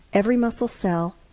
every muscle cell,